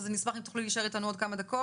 אז אני אשמח אם תוכלי להישאר איתנו עוד כמה דקות.